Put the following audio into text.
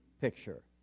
picture